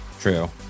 true